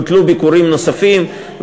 בוטלו ביקורים נוספים.